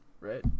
right